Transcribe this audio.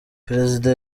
perezida